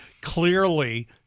Clearly